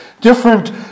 different